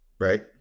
right